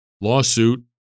lawsuit